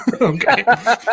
Okay